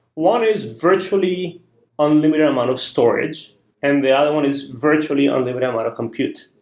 one is virtually unlimited amount of storage and the other one is virtually unlimited amount of compute,